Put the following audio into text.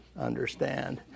understand